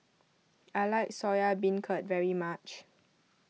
I like Soya Beancurd very much